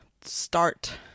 start